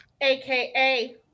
aka